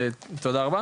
תודה רבה,